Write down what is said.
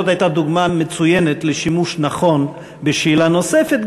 זאת הייתה דוגמה מצוינת לשימוש נכון בשאלה נוספת,